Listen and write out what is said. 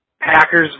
Packers